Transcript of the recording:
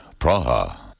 Praha